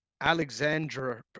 Alexandra